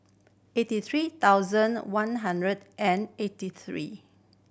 eighty three thousand one hundred and eighty three